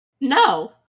No